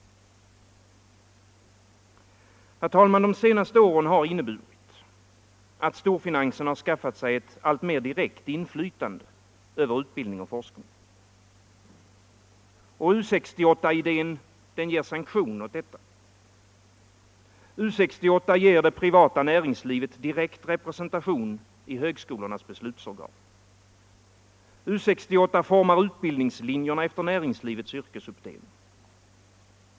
Herr talman! De senaste åren har inneburit att storfinansen skaffat sig ett alltmer direkt inflytande över utbildning och forskning. U 68-idén ger sanktion åt detta. U 68 ger det privata näringslivet direkt representation i högskolornas beslutsorgan. U 68 formar utbildningslinjerna efter näringslivets yrkesuppdelning.